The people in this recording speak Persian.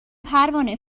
پروانه